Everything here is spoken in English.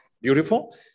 beautiful